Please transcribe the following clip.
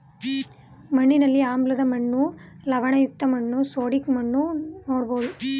ಮಣ್ಣಿನಲ್ಲಿ ಆಮ್ಲದ ಮಣ್ಣು, ಲವಣಯುಕ್ತ ಮಣ್ಣು, ಸೋಡಿಕ್ ಮಣ್ಣು ನೋಡ್ಬೋದು